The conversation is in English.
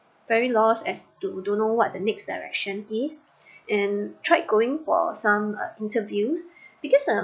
very lost as to don't know what the next direction is and tried going for some uh interviews because uh